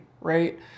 right